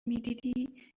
میدیدی